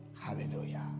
Hallelujah